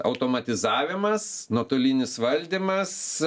automatizavimas nuotolinis valdymas